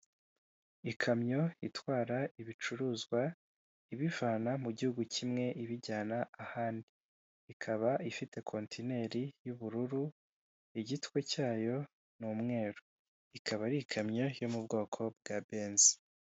Ikamyo itwara ibicuruzwa ibivana mu Gihugu kimwe ibijyana ahandi. Ikaba ifite kontineri y'ubururu, igitwe cyayo ni umweru. Ikaba ari ikamyo yo mu bwoko bwa benzi.